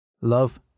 Love